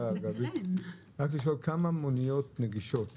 כמה מוניות נגישות